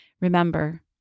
Remember